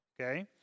okay